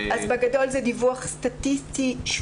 ובכלל זה פרטים מזהים לי תקנה